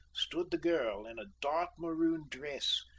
stood the girl, in a dark maroon dress,